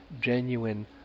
genuine